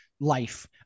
life